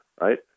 Right